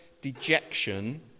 dejection